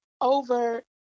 over